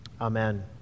Amen